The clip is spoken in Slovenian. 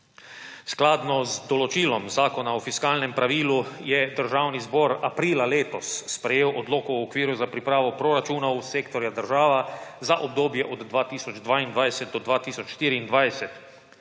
Skladno z določilom Zakona o fiskalnem pravilu je Državni zbor aprila letos sprejel Odlok o okviru za pripravo proračunov sektorja država za obdobje od 2022 do 2024.